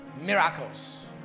Miracles